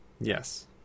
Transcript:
Yes